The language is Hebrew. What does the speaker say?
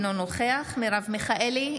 אינו נוכח מרב מיכאלי,